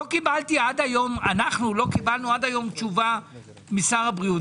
לא קיבלנו עד היום תשובה ממשרד הבריאות.